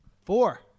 Four